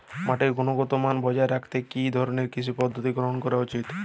মাটির গুনগতমান বজায় রাখতে কি ধরনের কৃষি পদ্ধতি গ্রহন করা উচিৎ?